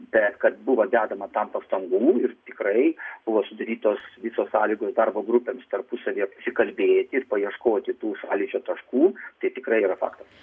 bet kad buvo dedama tam pastangų ir tikrai buvo sudarytos visos sąlygos darbo grupėms tarpusavyje pasikalbėti ir paieškoti tų sąlyčio taškų tai tikrai yra faktas